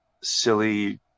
silly